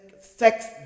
sex